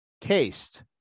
cased